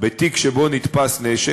בתיק שבו נתפס נשק,